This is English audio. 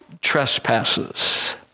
trespasses